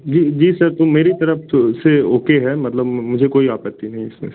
जी जी सर तो मेरी तरफ़ से ओके है मतलब मुझे कोई आपत्ति नहीं है सर